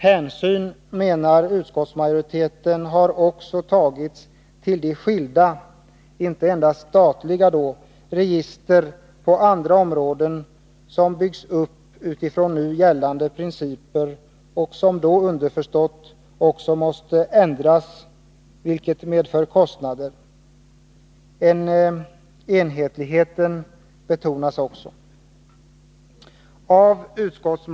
Hänsyn har, menar utskottsmajoriteten, också tagits till de skilda — inte endast statliga — register på andra områden som byggs upp utifrån nu gällande principer och som då underförstått också måste ändras, vilket medför kostnader. Också enhetligheten betonas.